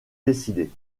décidée